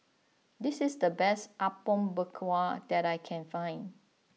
this is the best Apom Berkuah that I can find